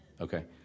Okay